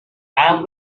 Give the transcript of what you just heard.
have